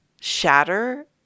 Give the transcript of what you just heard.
shatter